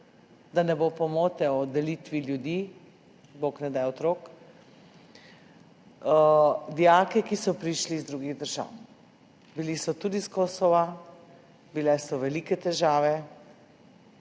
da ne bo pomote o delitvi ljudi, bog ne daj otrok, dijake, ki so prišli iz drugih držav. Bili so tudi s Kosova, bile so velike težave.